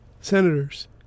senators